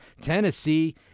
Tennessee